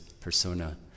persona